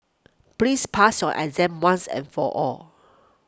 please pass your exam once and for all